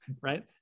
right